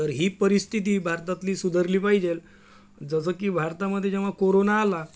तर ही परिस्थिति भारतातली सुधारली पाहिजे जसं की भारतामध्ये जेव्हा कोरोना आला